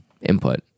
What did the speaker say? input